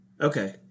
Okay